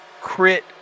crit